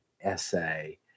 essay